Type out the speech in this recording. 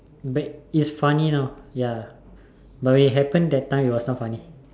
it's funny now ya but when it happened that time it's not funny